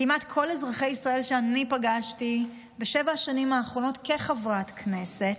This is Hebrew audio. כמעט כל אזרחי ישראל שאני פגשתי בשבע השנים האחרונות כחברת כנסת,